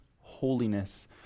holiness